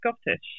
Scottish